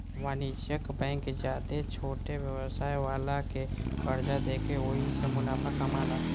वाणिज्यिक बैंक ज्यादे छोट व्यवसाय वाला के कर्जा देके ओहिसे मुनाफा कामाला